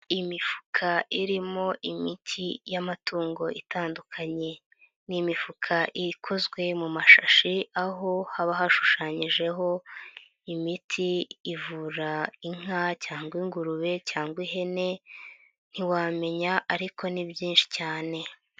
Imifuka irimo imiti y'amatungo itandukanye. Ni imifuka ikozwe mu mashashi aho haba hashushanyijeho imiti ivura inka cyangwa ingurube cyangwa ihene, ntiwamenya ariko ni byinshi cyane.